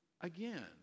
again